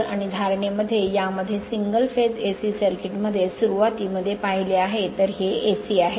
तर आणि धारणे मध्ये या मध्ये एकल फेज AC सर्किट मध्ये सुरुवाती मध्ये पाहिले आहे तर हे AC आहे